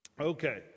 Okay